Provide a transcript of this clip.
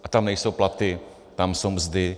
A tam nejsou platy, tam jsou mzdy.